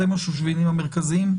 אתם השושבינים המרכזיים,